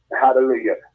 hallelujah